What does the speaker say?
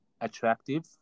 attractive